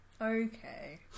Okay